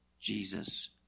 Jesus